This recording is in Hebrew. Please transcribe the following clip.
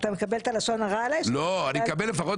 אתה מקבל את הלשון הרע עליי?